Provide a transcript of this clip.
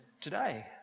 today